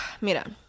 mira